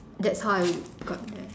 that's how I got there